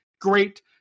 great